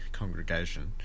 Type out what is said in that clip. congregation